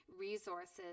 resources